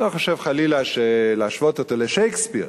לא חושב חלילה להשוות אותו לשייקספיר,